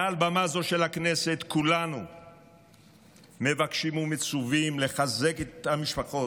מעל במה זו של הכנסת כולנו מבקשים ומצוּוים לחזק את המשפחות,